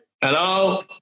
Hello